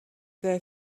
there